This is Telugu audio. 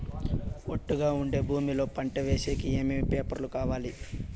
ఒట్టుగా ఉండే భూమి లో పంట వేసేకి ఏమేమి పేపర్లు కావాలి?